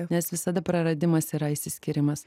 nes visada praradimas yra išsiskyrimas